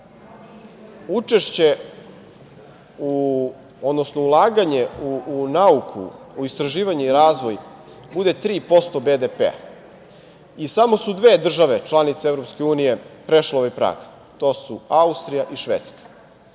2020. godine ulaganje u nauku, istraživanje i razvoj bude 3% BDP-a i samo su dve države članice EU prešle ovaj prag, to su Austrija i Švedska.